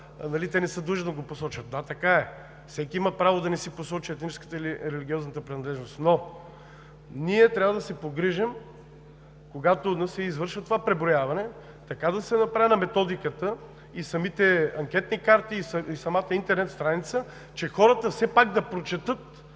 те не са длъжни да го посочат. Да, така е, всеки има право да не посочи етническата или религиозната си принадлежност. Но ние трябва да се погрижим, когато се извършва това преброяване, така да се направи методиката, самите анкетни карти и самата интернет страница, че хората все пак да прочетат